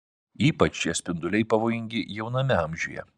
ypač šie spinduliai pavojingi jauname amžiuje